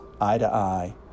eye-to-eye